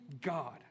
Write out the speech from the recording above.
God